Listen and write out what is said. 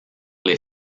les